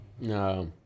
No